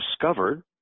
discovered